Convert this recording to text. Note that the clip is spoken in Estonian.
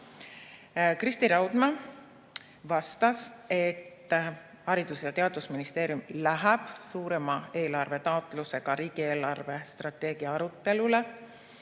Kristi Raudmäe vastas, et Haridus- ja Teadusministeerium läheb suurema eelarvetaotlusega riigi eelarvestrateegia arutelule.